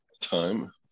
time